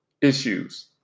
issues